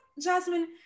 Jasmine